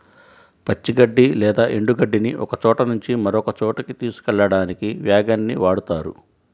పచ్చి గడ్డి లేదా ఎండు గడ్డిని ఒకచోట నుంచి మరొక చోటుకి తీసుకెళ్ళడానికి వ్యాగన్ ని వాడుతారు